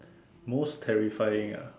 most terrifying ah